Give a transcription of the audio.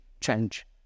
change